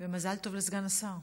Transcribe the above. מזל טוב לסגן השר.